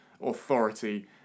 authority